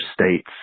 states